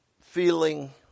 feeling